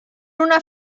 una